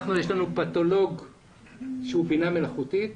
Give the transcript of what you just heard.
יש לנו פתולוג שהוא בינה מלאכותית.